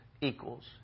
equals